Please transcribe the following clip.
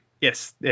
Yes